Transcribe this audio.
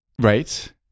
right